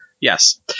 Yes